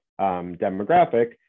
demographic